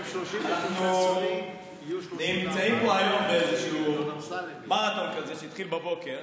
אנחנו נמצאים פה היום באיזשהו מרתון כזה שהתחיל בבוקר,